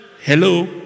Hello